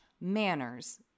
manners